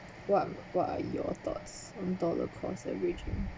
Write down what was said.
what what are your thoughts one dollar cost averaging